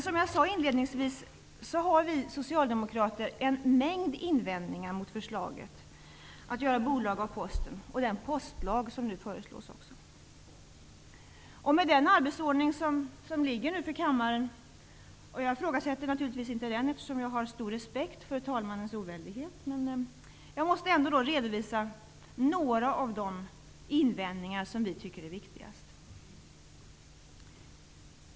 Som jag sade inledningsvis har vi socialdemokrater en mängd invändningar mot förslaget att göra bolag av Posten och den postlag som också föreslås. Med den arbetsordning som nu ligger för kammaren -- jag ifrågasätter naturligtvis inte den eftersom jag har stor respekt för talmannens oväld -- måste jag redovisa några av de invändningar som vi tycker är viktigast.